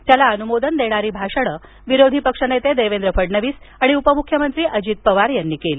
त्याला अनुमोदन देणारी भाषणे विरोधी पक्षनेते फडणवीस उपमुख्यमंत्री अजित पवार यांनी केली